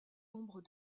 ombres